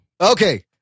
Okay